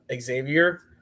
Xavier